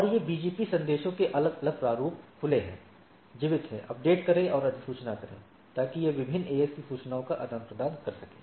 और ये बीजीपी संदेशों के अलग अलग प्रारूप खुले हैं जीवित रहें अपडेट करें और अधिसूचना करें ताकि यह विभिन्न एएस के बीच सूचनाओं का आदान प्रदान कर सके